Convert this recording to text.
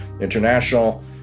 international